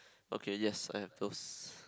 okay yes I have those